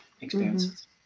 experiences